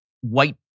white